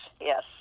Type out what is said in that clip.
yes